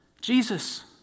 Jesus